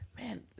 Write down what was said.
Man